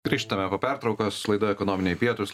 grįžtame po pertraukos laida ekonominiai pietūs